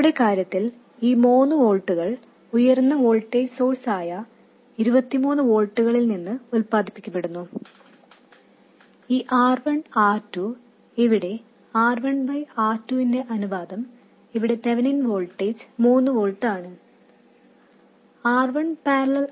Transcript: നമ്മുടെ കാര്യത്തിൽ ഈ 3 വോൾട്ടുകൾ ഉയർന്ന വോൾട്ടേജ് സോഴ്സ് ആയ 23 വോൾട്ടുകളിൽ നിന്ന് ഉത്പാദിപ്പിക്കപ്പെടുന്നു ഈ R1 R2 നോക്കുകയാണെങ്കിൽ ഇവിടെ R1 R2 എന്ന അനുപാതം തെവെനിൻ വോൾട്ടേജ് 3 വോൾട്ട് ആണ് എന്നതിനെ അടിസ്ഥാനമാക്കിയാണ്